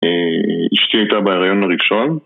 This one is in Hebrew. אשתי היתה בהריון הראשון